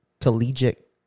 collegiate